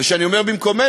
וכשאני אומר "במקומנו",